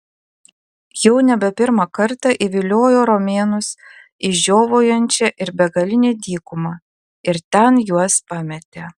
jau nebe pirmą kartą įviliojo romėnus į žiovaujančią ir begalinę dykumą ir ten juos pametė